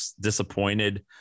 disappointed